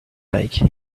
like